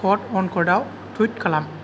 कट अनकटाव टुइट खालाम